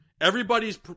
Everybody's